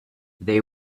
they